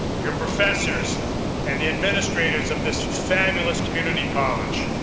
your professors and the administrators of this fabulous community college.